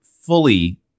fully